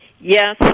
yes